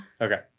Okay